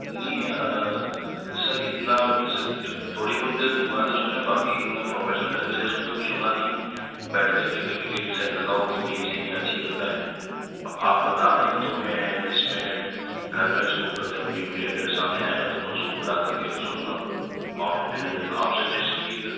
نہیں سر اتنا تھوڑی بہت تو گنگناتے سنا ہے باقی اتنا پروفیشن طریقے سے اس کو کبھی سنا نہیں بیٹھ کر کے کبھی کہ جیسے لگا ہو بھئی یہ سنگنگ اچھی کرتا ہے اب آپ بتا رہے ہیں تو میں اس میں گھر میں اس کو جب بھی مجھے میرے سامنے آئے گا تو میں اس کو بلا کر کے سنوں گا اور پھر آپ سجیسٹ کیجئے گا